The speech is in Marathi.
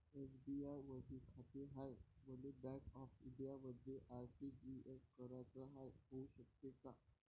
एस.बी.आय मधी खाते हाय, मले बँक ऑफ इंडियामध्ये आर.टी.जी.एस कराच हाय, होऊ शकते का?